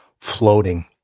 floating